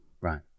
Right